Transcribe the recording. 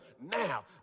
Now